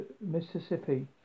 Mississippi